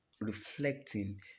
reflecting